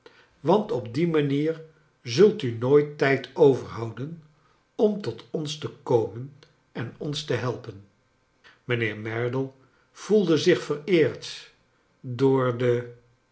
want op die manier zult u nooit tijd overhouden om tot ons te komen en ons te helpen mijnheer merdle voelde zich vereerd door de